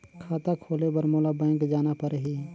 खाता खोले बर मोला बैंक जाना परही?